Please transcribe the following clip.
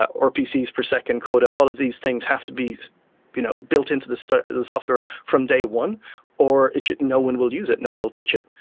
rpcs per second quota. all of these things have to be you know built into the so the software from day one or no you know one will use it, no one will touch it.